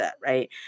Right